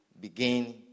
begin